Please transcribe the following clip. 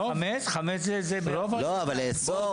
לא, לאסור.